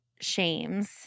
shames